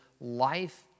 life